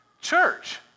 church